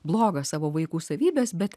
blogas savo vaikų savybes bet